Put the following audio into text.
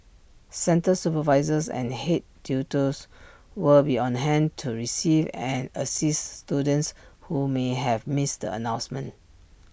centre supervisors and Head tutors will be on hand to receive and assist students who may have missed the announcement